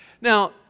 Now